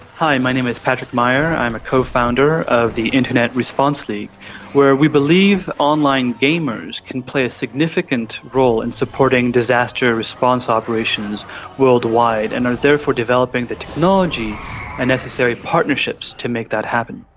hi, my name is patrick meier, i'm a co-founder of the internet response league where we believe online gamers can play a significant role in supporting disaster response operations worldwide and are therefore developing the technology and necessary partnerships to make that happen.